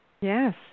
Yes